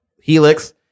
Helix